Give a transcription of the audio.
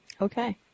okay